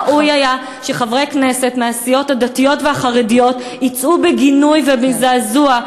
ראוי היה שחברי כנסת מהסיעות הדתיות והחרדיות יצאו בגינוי ובזעזוע,